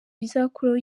bizakuraho